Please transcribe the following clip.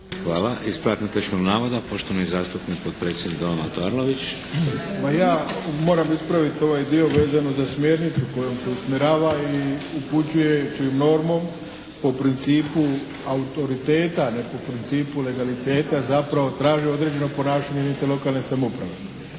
Hvala. Ispravak netočnog navoda poštovani zastupnik potpredsjednik Doma Mato Arlović. **Arlović, Mato (SDP)** Pa ja moram ispraviti ovaj dio vezano za smjernicu kojom se usmjerava i upućuje normu po principu autoriteta, ne po principu legaliteta traži zapravo traži određeno ponašanje jedinice lokalne samouprave.